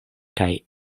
kaj